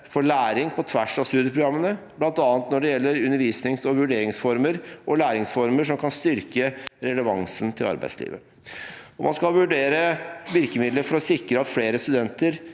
for læring på tvers av studieprogrammene, bl.a. når det gjelder undervisnings- og vurderingsformer og læringsformer som kan styrke relevansen til arbeidslivet – vurdere virkemidler for å sikre at flere studenter